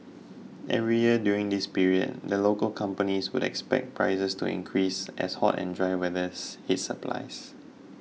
every year during this period the local companies would expect prices to increase as hot and dry weathers hits supplies